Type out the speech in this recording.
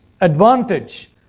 advantage